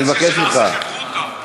אני מציע שנעשה חברותא,